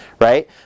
right